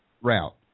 route